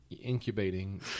incubating